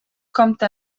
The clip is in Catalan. compta